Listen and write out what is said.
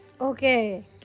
Okay